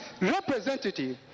representative